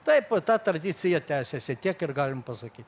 taip ta tradicija tęsiasi tiek ir galim pasaky